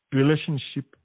Relationship